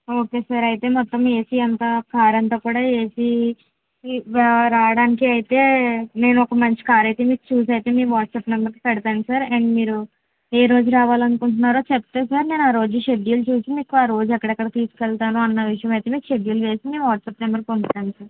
okay sir అయితే మొత్తం AC అంత కార్ అంతాకూడా ఏసీ రావడానికి అయితే నేను ఒక మంచి కార్ అయితే మీకు చూసి అయితే మీ వాట్సాప్ నెంబర్కి పెడతాను సార్ అండ్ మీరు ఏ రోజు రావాలనుకుంటున్నారో చెప్తే సార్ నేను ఆ రోజు షెడ్యూల్ చూసి మీకు ఆ రోజు ఎక్కడెక్కడికి తీసుకెళ్తానో అన్న విషయం అయితే మీకు షెడ్యూల్ వేసి మీ వాట్సాప్ నెంబర్కి పంపుతాను సార్